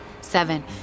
seven